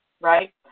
right